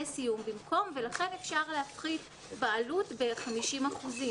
סיום במקום ולכן אפשר להפחית בעלות ב-50 אחוזים.